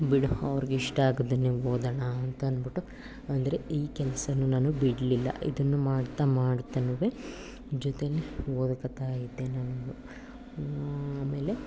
ಬಿಡು ಅವ್ರ್ಗೆ ಇಷ್ಟ ಆಗೋದನ್ನೇ ಓದೋಣ ಅಂತ ಅಂದ್ಬಿಟ್ಟು ಅಂದರೆ ಈ ಕೆಲಸನು ನಾನು ಬಿಡಿಲಿಲ್ಲ ಇದನ್ನು ಮಾಡ್ತ ಮಾಡ್ತಾನೂ ಜೊತೆಲಿ ಓದ್ಕೊಳ್ತಾ ಇದ್ದೆ ನಾನು ಆಮೇಲೆ